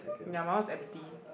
ya my one is empty